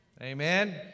Amen